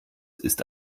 ist